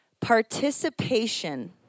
Participation